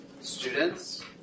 students